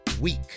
week